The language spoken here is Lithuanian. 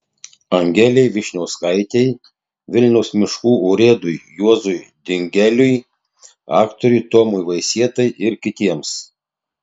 angelei vyšniauskaitei vilniaus miškų urėdui juozui dingeliui aktoriui tomui vaisietai ir kitiems